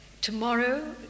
Tomorrow